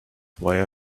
why